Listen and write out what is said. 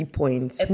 points